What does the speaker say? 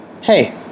Hey